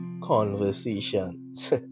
conversations